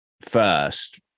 first